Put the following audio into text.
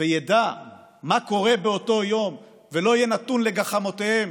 וידע מה קורה באותו יום, ולא יהיה נתון לגחמותיהם